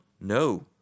no